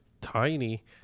tiny